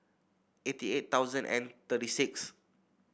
eighty eight thousand and thirty six